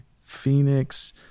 phoenix